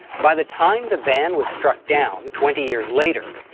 by the time the ban was struck down twenty years later,